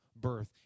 birth